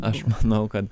aš manau kad